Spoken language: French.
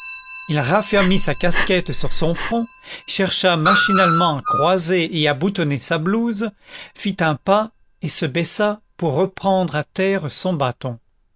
il raffermit sa casquette sur son front chercha machinalement à croiser et à boutonner sa blouse fit un pas et se baissa pour reprendre à terre son bâton